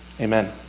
Amen